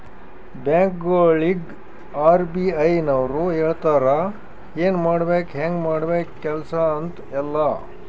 ಬ್ಯಾಂಕ್ಗೊಳಿಗ್ ಆರ್.ಬಿ.ಐ ನವ್ರು ಹೇಳ್ತಾರ ಎನ್ ಮಾಡ್ಬೇಕು ಹ್ಯಾಂಗ್ ಮಾಡ್ಬೇಕು ಕೆಲ್ಸಾ ಅಂತ್ ಎಲ್ಲಾ